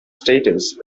status